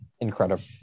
incredible